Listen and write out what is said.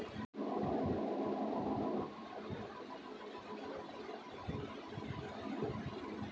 क्या सरसों की खेती सीमित सिंचाई की दशा में भी अधिक लाभदायक फसल है?